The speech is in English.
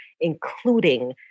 including